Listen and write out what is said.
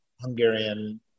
Hungarian